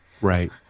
Right